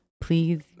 please